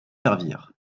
servir